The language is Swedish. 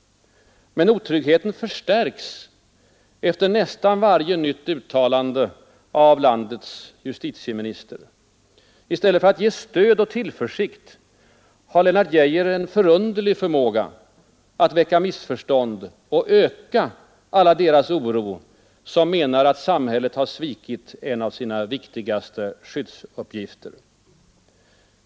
Men otryggheten förstärks efter nästan varje nytt uttalande av landets justitieminister. I stället för att ge stöd och tillförsikt har Lennart Geijer en förunderlig förmåga att väcka missförstånd och öka alla deras oro, som menar att samhället svikit en av sina viktigaste skyddsuppgifter.